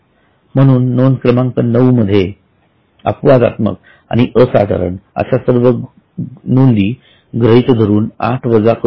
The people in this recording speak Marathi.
म्हणून नोंद क्रमांक नऊ मध्ये अपवादात्मक आणि असाधारण अश्या सर्व नोंदी गृहीत धरून आठ वजा करू